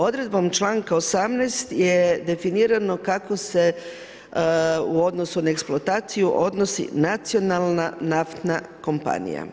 Odredbom čl. 18. je definirano kako se u odnosu na eksploataciju odnosi Nacionalna naftna kompanija.